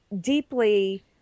deeply